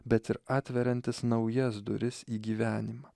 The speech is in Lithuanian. bet ir atveriantis naujas duris į gyvenimą